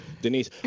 Denise